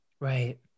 Right